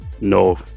no